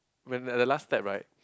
when at the last step right